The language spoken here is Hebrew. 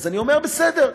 אז אני אומר, בסדר,